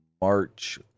March